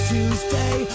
Tuesday